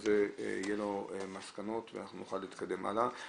הזה יהיו מסקנות ואנחנו נוכל להתקדם הלאה.